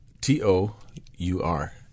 t-o-u-r